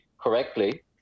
correctly